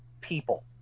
people